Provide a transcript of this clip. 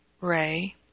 ray